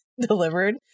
delivered